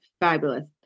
fabulous